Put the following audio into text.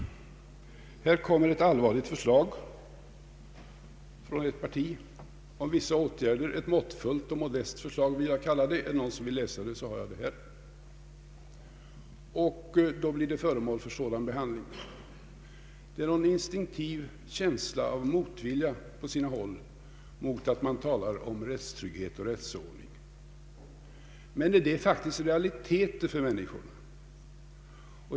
Här kommer ett allvarligt förslag från ett parti om vissa åtgärder, ett måttfullt och modest förslag vill jag kalla det. — Om någon vill läsa förslaget har jag det här. Och då blir det föremål för en sådan behandling. Det finns på sina håll en instinktiv känsla och motvilja mot att man talar om rättstrygghet och rättsordning. Men det är realiteter för människorna.